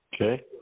Okay